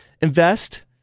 invest